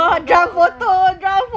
oh my god oh oh